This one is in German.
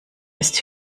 ist